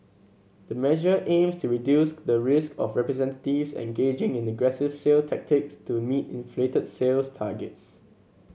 the measure aims to reduce the risk of representatives engaging in the aggressive sale tactics to meet inflated sales targets